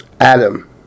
Adam